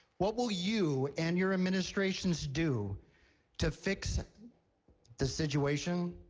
what will you and your administrations do to fix the situation?